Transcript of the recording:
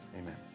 amen